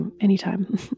anytime